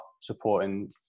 supporting